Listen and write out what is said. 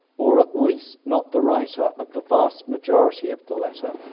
or at least not the writer of the vast majority of the letter.